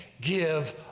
give